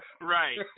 right